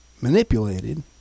manipulated